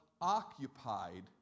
occupied